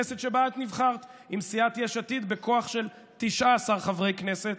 הכנסת שבה את נבחרת עם סיעת יש עתיד בכוח של 19 חברי כנסת,